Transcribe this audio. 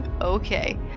Okay